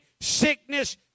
sickness